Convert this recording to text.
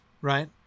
right